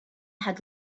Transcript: had